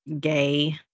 gay